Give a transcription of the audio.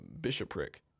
bishopric